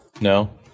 No